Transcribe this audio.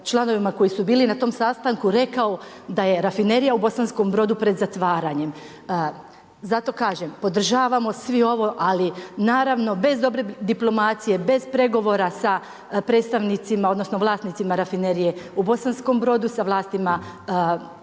članovima koji su bili na tom sastanku rekao da je Rafinerija u Bosanskom Brodu pred zatvaranjem. Zato kažem, podržavamo svi ovo ali naravno bez dobre diplomacije, bez pregovora sa predstavnicima, odnosno vlasnicima Rafinerije u Bosanskom-brodu, sa vlastima